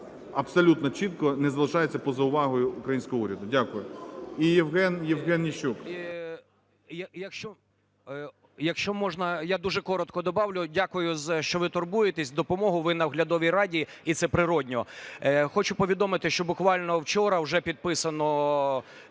абсолютно чітко не залишаються поза увагою українського уряду. Дякую. І Євген Нищук. 11:00:16 НИЩУК Є.М. Якщо можна, я дуже коротко добавлю. Дякую, що ви турбуєтесь, допомогу ви на оглядовій раді, і це природно. Хочу повідомити, що буквально вчора вже підписано